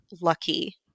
lucky